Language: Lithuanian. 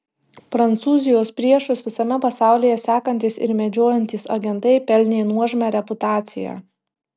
prancūzijos priešus visame pasaulyje sekantys ir medžiojantys agentai pelnė nuožmią reputaciją